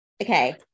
okay